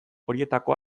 horietako